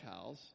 cows